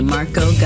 Marco